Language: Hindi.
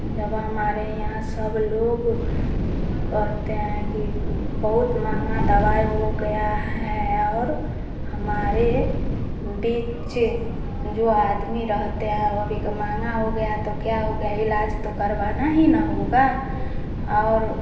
जब हमारे यहाँ सब लोग कहते हैं कि बहुत महँगा दवाई हो गया है और हमारे भी चे जो आदमी रहते हैं वे भी क महँगा हो गया तो क्या हो गया इलाज तो करवाना ही न होगा और